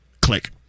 Click